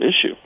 issue